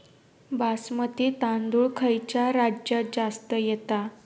बासमती तांदूळ खयच्या राज्यात जास्त येता?